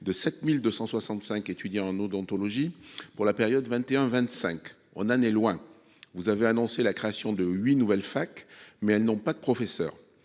de 7 265 étudiants en odontologie sur la période 2021-2025. On en est loin ! Vous avez annoncé la création de huit nouvelles facs, mais elles n'ont pas de professeurs.